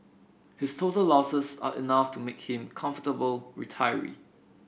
his total losses are enough to make him comfortable retiree